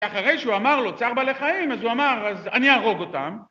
‫ואחרי שהוא אמר לו, צער בעלי לחיים, ‫אז הוא אמר, אז אני אהרוג אותם.